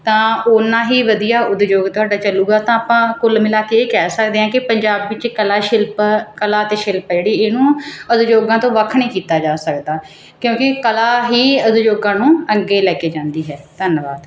ਤਾਂ ਉਨਾਂ ਹੀ ਵਧੀਆ ਉਦਯੋਗ ਤੁਹਾਡਾ ਚਲੇਗਾ ਤਾਂ ਆਪਾਂ ਕੁੱਲ ਮਿਲਾ ਕੇ ਇਹ ਕਹਿ ਸਕਦੇ ਹਾਂ ਕਿ ਪੰਜਾਬ ਵਿੱਚ ਕਲਾ ਸ਼ਿਲਪ ਕਲਾ ਅਤੇ ਸ਼ਿਲਪ ਹੈ ਜਿਹੜੀ ਇਹਨੂੰ ਉਦਯੋਗਾਂ ਤੋਂ ਵੱਖ ਨਹੀਂ ਕੀਤਾ ਜਾ ਸਕਦਾ ਕਿਉਂਕਿ ਕਲਾ ਹੀ ਉਦਯੋਗਾਂ ਨੂੰ ਅੱਗੇ ਲੈ ਕੇ ਜਾਂਦੀ ਹੈ ਧੰਨਵਾਦ